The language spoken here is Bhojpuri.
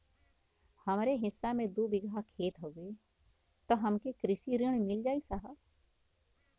हमरे हिस्सा मे दू बिगहा खेत हउए त हमके कृषि ऋण मिल जाई साहब?